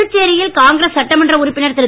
புதுச்சேரியில் காங்கிரஸ் சட்டமன்ற உறுப்பினர் திரு